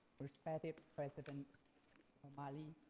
respected president romali,